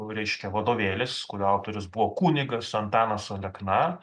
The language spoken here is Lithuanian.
reiškia vadovėlis kurio autorius buvo kunigas antanas alekna